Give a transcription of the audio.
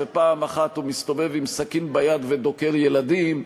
ופעם אחת הוא מסתובב עם סכין ביד ודוקר ילדים,